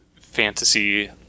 fantasy